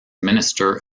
minister